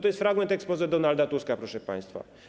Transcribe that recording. To jest fragment exposé Donalda Tuska, proszę państwa.